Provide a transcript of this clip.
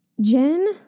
Jen